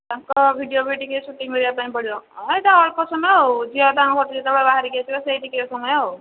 ତାଙ୍କ ଭିଡ଼ିଓ ବି ଟିକିଏ ସୁଟିଂ କରିବା ପାଇଁ ପଡ଼ିବ ହଁ ଏଇଟା ଅଳ୍ପ ସମୟ ଆଉ ଝିଅ ତାଙ୍କ ଘରଠିକି ତ ବହାରିକି ଆସିବ ସେଇ ଟିକିଏ ସମୟ ଆଉ